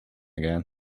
again